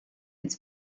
its